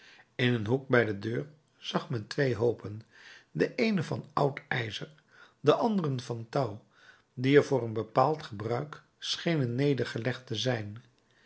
in een hoek bij de deur zag men twee hoopen den eenen van oud ijzer den anderen van touw die er voor een bepaald gebruik schenen nedergelegd te zijn